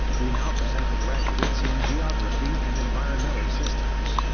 we now present the graduates in geography and environmental systems.